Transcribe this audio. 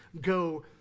go